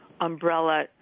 umbrella